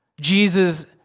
Jesus